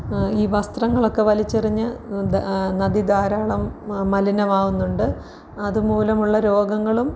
ഈ വസ്ത്രങ്ങളൊക്കെ വലിച്ചെറിഞ്ഞ് ദ നദി ധാരാളം മലിനം ആവുന്നുണ്ട് അത് മൂലമുള്ള രോഗങ്ങളും